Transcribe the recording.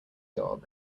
dog